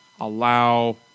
allow